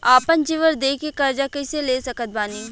आपन जेवर दे के कर्जा कइसे ले सकत बानी?